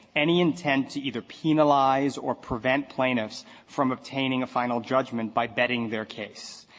any intent to either penalize or prevent plaintiffs from obtaining a final judgment by betting their case.